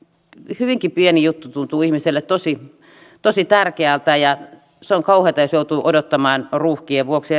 hyvinkin pieni juttu tuntuu ihmiselle tosi tosi tärkeältä ja se on kauheata jos joutuu odottamaan ruuhkien vuoksi